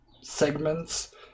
segments